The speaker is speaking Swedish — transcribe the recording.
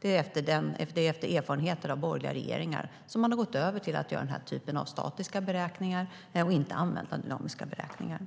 Det är efter erfarenheter av borgerliga regeringar som man har gått över till att göra den här typen av statiska beräkningar och inte använder dynamiska beräkningar.